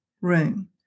room